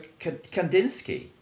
Kandinsky